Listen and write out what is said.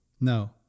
No